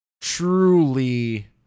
truly